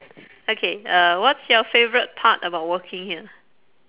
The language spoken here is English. okay uh what's your favourite part about working here